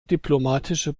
diplomatische